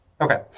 Okay